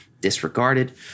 disregarded